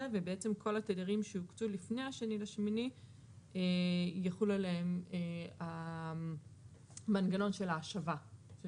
ובעצם כל התדרים שהוקצו לפני ה-2/8 יחול עליהם המנגנון של ההשבה.